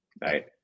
right